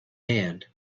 hand